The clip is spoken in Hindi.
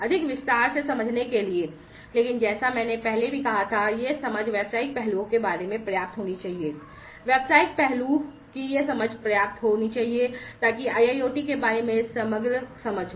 अधिक विस्तार से समझने के लिए लेकिन जैसा कि मैंने पहले भी कहा था कि यह समझ व्यावसायिक पहलुओं के बारे में पर्याप्त होनी चाहिए व्यावसायिक पहलू की ये समझ पर्याप्त होनी चाहिए ताकि IIoT के बारे में समग्र समझ हो